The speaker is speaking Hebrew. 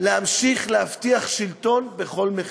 כדי להמשיך להבטיח שלטון בכל מחיר.